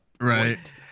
right